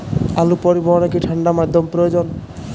আলু পরিবহনে কি ঠাণ্ডা মাধ্যম প্রয়োজন?